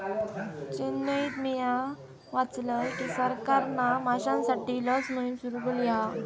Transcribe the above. चेन्नईत मिया वाचलय की सरकारना माश्यांसाठी लस मोहिम सुरू केली हा